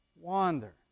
wander